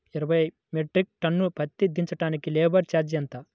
ఇరవై metric ton పత్తి దించటానికి లేబర్ ఛార్జీ ఎంత?